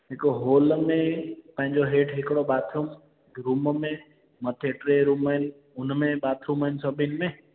हिकु हॉल में पंहिंजो हेठि हिकिड़ो बाथरूम रूम में मथे टे रूम आहिनि हुन में बाथरूम आहिनि सभिनि में